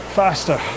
faster